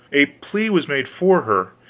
a plea was made for her,